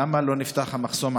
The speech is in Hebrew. למה עד היום לא נפתח המחסום,